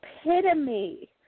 epitome